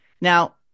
Now